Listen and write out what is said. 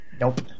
Nope